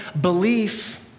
belief